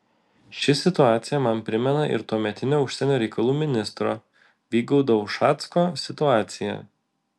ši situacija man primena ir tuometinio užsienio reikalų ministro vygaudo ušacko situaciją